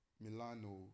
Milano